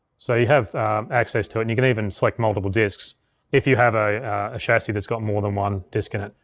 so you have access to it, and you can even select multiple disks if you have a chassis that's got more than one disk in it.